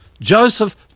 Joseph